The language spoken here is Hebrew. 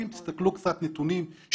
אם תסתכלו קצת נתונים,